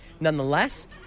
Nonetheless